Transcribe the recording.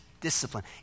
discipline